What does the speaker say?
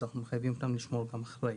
אז אנחנו מחייבים אותם לשמור גם אחרי.